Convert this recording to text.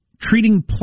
Treating